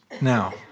Now